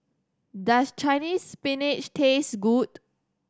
does Chinese Spinach taste good